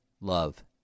love